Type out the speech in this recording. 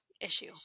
issue